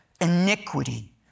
iniquity